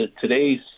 today's